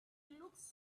looks